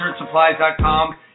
tshirtsupplies.com